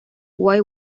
why